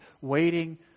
waiting